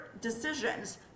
decisions